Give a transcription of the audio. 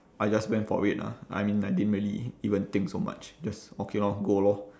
I just went for it lah I mean I didn't really even think so much just okay lor go lor